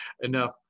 enough